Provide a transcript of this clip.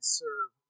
serve